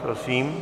Prosím.